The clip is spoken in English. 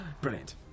Brilliant